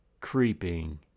creeping